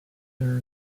there